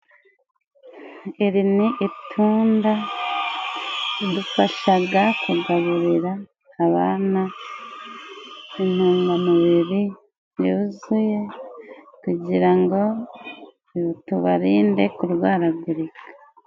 Iri ni itunda, ridufashaga kugaburira abana intungamubiri yuzuye kugira ngo tubarinde kurwaragurika.